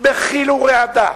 בחיל ורעדה